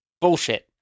Bullshit